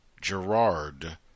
Gerard